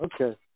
Okay